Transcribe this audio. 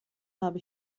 habe